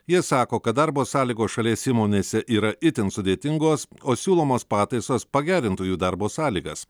jie sako kad darbo sąlygos šalies įmonėse yra itin sudėtingos o siūlomos pataisos pagerintų jų darbo sąlygas